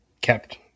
kept